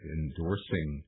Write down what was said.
endorsing